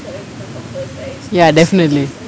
ya definitely